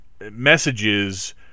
messages